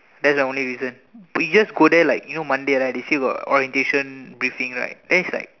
that's the only reason but you just go there like you know Monday right they still got orientation briefing right then it's like